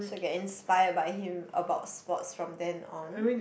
so I get inspired by him about sports from then on